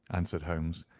answered holmes.